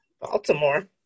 Baltimore